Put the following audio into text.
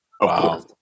Wow